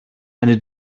eine